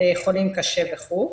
חולים קשה וכולי.